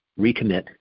recommit